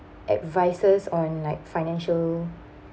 advices on like financial